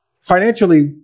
financially